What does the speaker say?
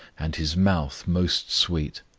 and his mouth most sweet.